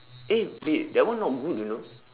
eh wait that one not good you know